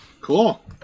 cool